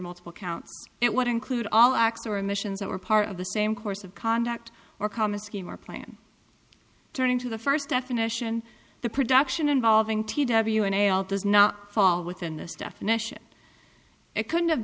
multiple counts it would include all acts or emissions that were part of the same course of conduct or common scheme or plan turning to the first definition the production involving t w n l does not fall within this definition it could